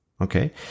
Okay